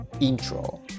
intro